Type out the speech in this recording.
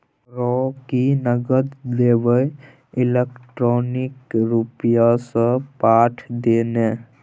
रौ की नगद देबेय इलेक्ट्रॉनिके रूपसँ पठा दे ने